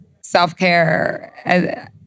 self-care